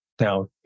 now